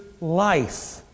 life